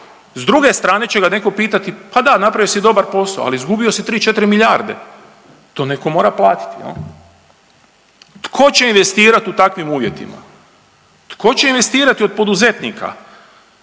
s druge strane će ga neko pitati, pa da napravio si dobar posao, ali izgubio si 3-4 milijarde, to neko mora platit, jel. Tko će investirat u takvim uvjetima, tko će investirati od poduzetnika